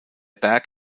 berg